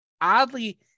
oddly